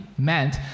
meant